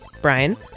Brian